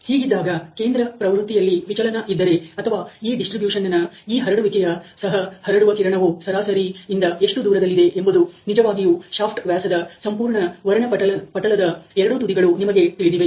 ಹೀಗಿದ್ದಾಗ ಕೇಂದ್ರ ಪ್ರವೃತ್ತಿಯಲ್ಲಿ ವಿಚಲನ ಇದ್ದರೆ ಅಥವಾ ಈ ಡಿಸ್ಟ್ರಿಬ್ಯೂಷನ್'ನ್ ಈ ಹರಡುವಿಕೆಯು ಸಹ ಹರಡುವ ಕಿರಣವು ಸರಾಸರಿ ಸರಾಸರಿ ಇಂದ ಎಷ್ಟು ದೂರದಲ್ಲಿದೆ ಎಂಬುದು ನಿಜವಾಗಿಯೂ ಶಾಫ್ಟ್ ವ್ಯಾಸದ ಸಂಪೂರ್ಣ ವರ್ಣಪಟಲದ ಎರಡು ತುದಿಗಳು ನಿಮಗೆ ತಿಳಿದಿವೆ